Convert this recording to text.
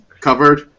covered